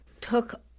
took